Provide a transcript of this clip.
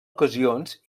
ocasions